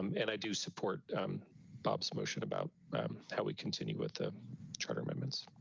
um and i do support ops motion about how we continue with the charter amendments.